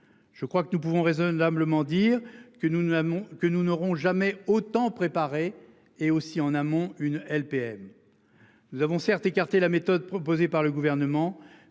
Je crois que nous pouvons raisonnablement dire que nous ne l'avons que nous n'aurons jamais autant préparé et aussi en amont une LPM. Nous avons certes écarté la méthode proposée par le gouvernement